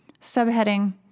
Subheading